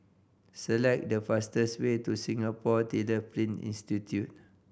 select the fastest way to Singapore Tyler Print Institute